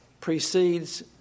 precedes